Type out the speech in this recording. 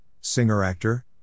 singer-actor